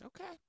Okay